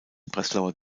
breslauer